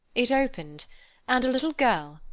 it opened and a little girl,